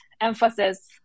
emphasis